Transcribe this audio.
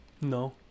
no